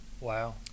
Wow